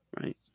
Right